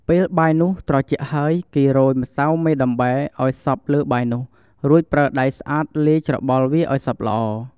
ពេលបាយនោះត្រជាក់ហើយគេរោយម្សៅមេដំបែឲ្យសព្វលើបាយនោះ រួចប្រើដៃស្អាតលាយច្របល់វាឲ្យសព្វល្អ។